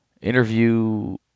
interview